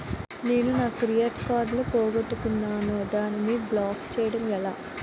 నేను నా credit card పోగొట్టుకున్నాను దానిని బ్లాక్ చేయడం ఎలా?